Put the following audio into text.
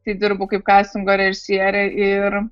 tai dirbu kaip kastingo režisierė ir